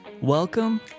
welcome